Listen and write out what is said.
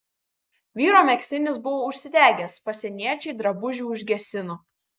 vyro megztinis buvo užsidegęs pasieniečiai drabužį užgesino